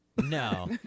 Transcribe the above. No